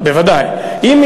ודאי.